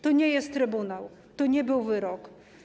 To nie jest trybunał, to nie był wyrok.